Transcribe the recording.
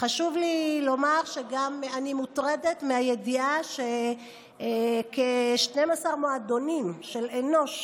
חשוב לי לומר שאני מוטרדת גם מהידיעה שלפיה כ-12 מועדונים של אנוש,